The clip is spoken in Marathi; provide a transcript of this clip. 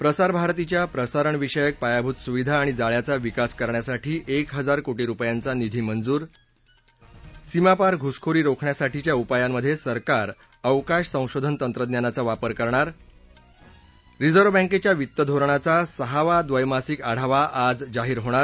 प्रसार भारतीच्या प्रसारणविषयक पायाभूत सुविधा आणि जाळ्याचा विकास करण्यासाठी एक हजार कोटी रुपयांचा निधी मंजूर सीमापार घुसखोरी रोखण्यासाठीच्या उपायांमधे सरकार अवकाश संशोधन तंत्रज्ञानाचा वापर करणार रिझर्व बँकेच्या वित्तधोरणाचा सहावा द्वैमासिक आढावा आज जाहीर होणार